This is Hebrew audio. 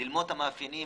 ללמוד את המאפיינים.